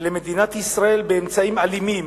למדינת ישראל באמצעים אלימים,